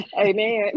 Amen